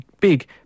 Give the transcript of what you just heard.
big